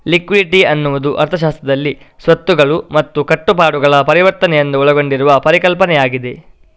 liquidity ಎನ್ನುವುದು ಅರ್ಥಶಾಸ್ತ್ರದಲ್ಲಿ ಸ್ವತ್ತುಗಳು ಮತ್ತು ಕಟ್ಟುಪಾಡುಗಳ ಪರಿವರ್ತನೆಯನ್ನು ಒಳಗೊಂಡಿರುವ ಪರಿಕಲ್ಪನೆಯಾಗಿದೆ